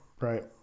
right